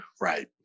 Right